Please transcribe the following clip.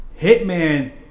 Hitman